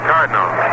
Cardinals